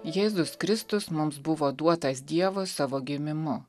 jėzus kristus mums buvo duotas dievo savo gimimu